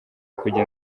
kujya